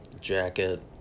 jacket